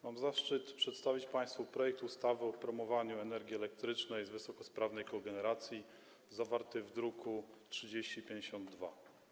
Mam zaszczyt przedstawić państwu projekt ustawy o promowaniu energii elektrycznej z wysokosprawnej kogeneracji, zawarty w druku nr 3052.